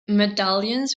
medallions